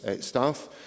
staff